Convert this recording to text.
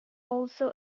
also